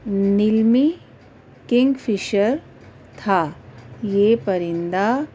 نیلمی kingfisher تھا یہ پرندہ